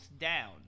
Down